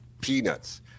Peanuts